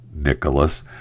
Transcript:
Nicholas